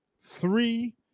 three